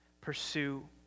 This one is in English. Pursue